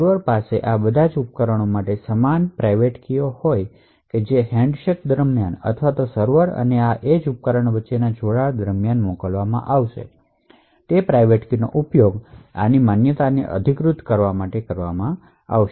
server પાસે બધા ઉપકરણો માટે સમાન પ્રાઇવેટ કી હોય જે હેન્ડશેક દરમિયાન અથવા સર્વર અને આ એજ ઉપકરણ વચ્ચેના જોડાણ દરમિયાન મોકલવામાં આવશે તે પ્રાઇવેટ કીઓનો ઉપયોગ ઉપકરણની માન્યતાને અધિકૃત કરવા માટે કરવામાં આવશે